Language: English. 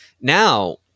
now